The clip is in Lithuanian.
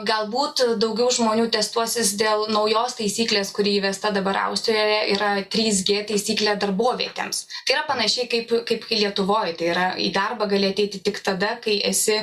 galbūt daugiau žmonių testuosis dėl naujos taisyklės kuri įvesta dabar austrijoje yra trys g taisyklė darbovietėms tai yra panašiai kaip kaip lietuvoj tai yra į darbą gali ateiti tik tada kai esi